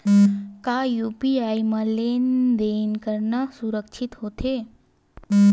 का यू.पी.आई म लेन देन करना सुरक्षित होथे?